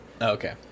okay